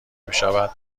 بشود